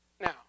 Now